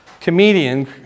comedian